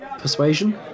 Persuasion